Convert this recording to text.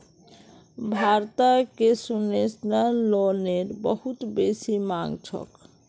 भारतत कोन्सेसनल लोनेर बहुत बेसी मांग छोक